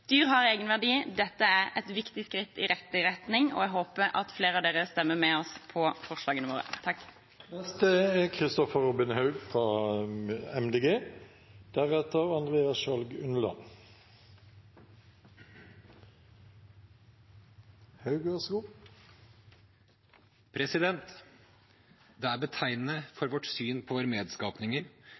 Dyr har egenverdi. Dette er et viktig skritt i riktig retning, og jeg håper at flere av dere stemmer med oss for forslagene våre. Det er betegnende for vårt syn på våre medskapninger at tilsynet som skal ta vare på dem, heter Mattilsynet og ikke Dyreverntilsynet. Jeg er